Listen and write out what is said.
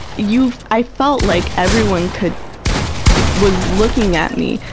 you've i felt like everyone could was looking at me.